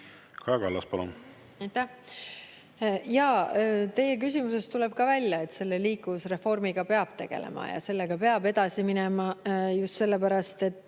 Kaja Kallas, palun! Aitäh! Jaa, teie küsimusest tuleb ka välja, et liikuvusreformiga peab tegelema, ja sellega peab edasi minema just sellepärast, et